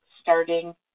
starting